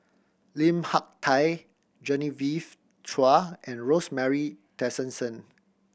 Lim Hak Tai Genevieve Chua and Rosemary Tessensohn